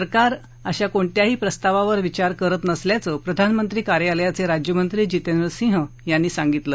सरकार अशा कोणत्याही प्रस्तावावर विचार करत नसल्याचं प्रधानमंत्री कार्यालयाचे राज्यमंत्री जितेंद्र सिंह यांनी सांगितलं